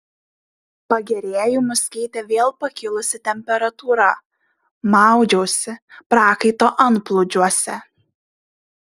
pagerėjimus keitė vėl pakilusi temperatūra maudžiausi prakaito antplūdžiuose